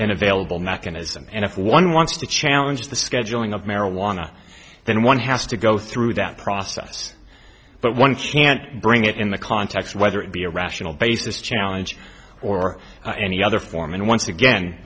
an available mechanism and if one wants to challenge the scheduling of marijuana then one has to go through that process but one can't bring it in the context whether it be a rational basis challenge or any other form and once again